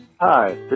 Hi